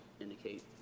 indicate